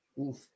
Oof